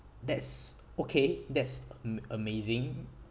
that's okay that's am~ amazing